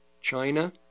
China